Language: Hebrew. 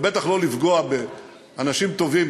בטח לא לפגוע באנשים טובים,